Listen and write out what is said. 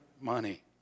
money